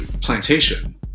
plantation